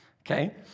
Okay